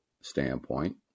standpoint